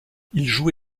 joue